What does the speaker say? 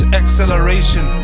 acceleration